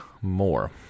more